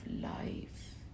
life